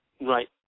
Right